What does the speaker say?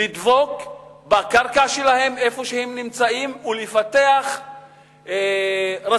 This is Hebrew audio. לדבוק בקרקע שלהם איפה שהם נמצאים, ולפתח רצון,